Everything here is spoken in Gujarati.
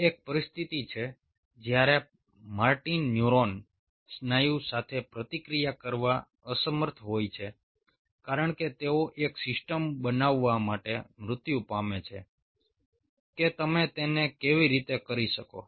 તે એક પરિસ્થિતિ છે જ્યારે માર્ટીન ન્યુરોન સ્નાયુ સાથે પ્રતિક્રિયા કરવામાં અસમર્થ હોય છે કારણ કે તેઓ એક સિસ્ટમ બનાવવા માટે મૃત્યુ પામે છે કે તમે તેને કેવી રીતે કરી શકો